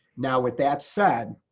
now with that said,